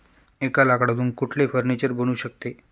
एका लाकडातून कुठले फर्निचर बनू शकते?